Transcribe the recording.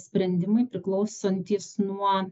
sprendimai priklausantys nuo